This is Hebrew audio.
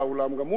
גם הוא לא מלא,